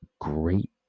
great